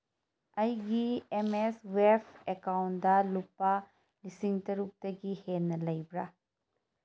ꯑꯩꯒꯤ M S web account ꯂꯨꯄꯥ ꯂꯤꯁꯤꯡ ꯇꯔꯨꯛꯇꯒꯤ ꯍꯦꯟꯅ ꯂꯩꯕ꯭ꯔꯥ